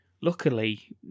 Luckily